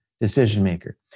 decision-maker